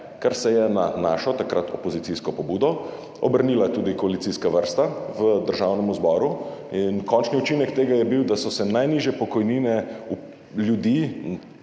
Ker se je na našo, takrat opozicijsko pobudo obrnila tudi koalicijska vrsta v Državnem zboru. Končni učinek tega je bil, da so se najnižje pokojnine ljudi,